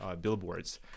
billboards